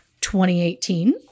2018